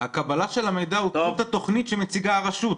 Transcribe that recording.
הקבלה של המידע הוא תלות התוכנית שמציגה הרשות,